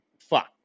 fuck